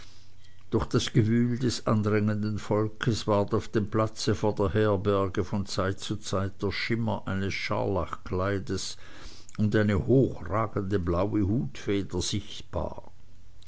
durch das gewühl des andrängenden volkes ward auf dem platze vor der herberge von zeit zu zeit der schimmer eines scharlachkleids und eine hochragende blaue hutfeder sichtbar